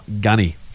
Gunny